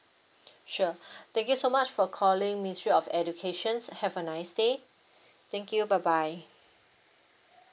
sure thank you so much for calling ministry of educations have a nice day thank you bye bye